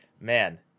man